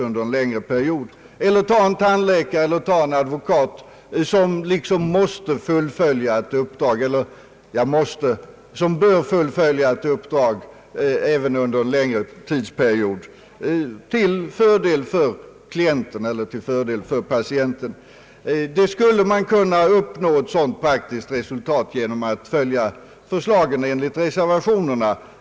Eller tag en kvinnlig tandläkare eller en advokat som anser sig böra fullfölja ett uppdrag under en längre period till fördel för patienten eller klienten. De skulle få möjlighet att göra det om riksdagen här följer förslagen i reservationerna.